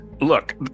Look